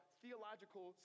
theological